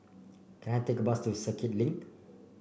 can I take a bus to Circuit Link